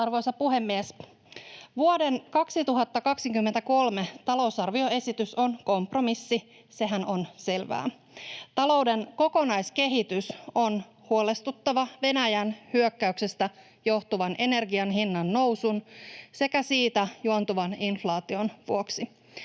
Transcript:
Arvoisa puhemies! Vuoden 2023 talousarvioesitys on kompromissi, sehän on selvää. Talouden kokonaiskehitys on huolestuttava Venäjän hyökkäyksestä johtuvan energian hinnan nousun sekä siitä juontuvan inflaation vuoksi.